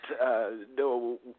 no